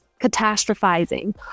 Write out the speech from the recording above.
catastrophizing